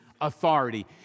authority